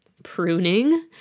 pruning